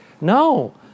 No